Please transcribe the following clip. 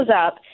up